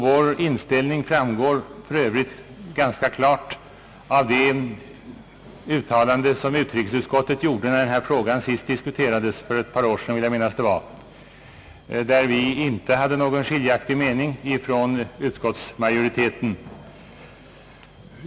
Vår inställning framgår för övrigt klart av det uttalande som utrikesutskottet gjorde när denna fråga för ett par år sedan diskuterades, då vi inte hade någon skiljaktig mening gentemot utskottsmajoriteten.